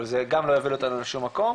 זה גם לא יוביל אותנו לשום מקום.